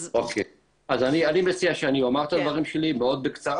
אז אני מציע שאני אומר את הדברים שלי מאוד בקצרה